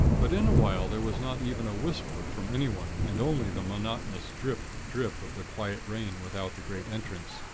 but in a while there was not even a whisper from anyone, and only the monotonous drip, drip of the quiet rain without the great entrance,